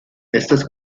estas